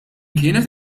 kienet